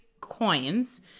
coins